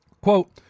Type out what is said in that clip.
Quote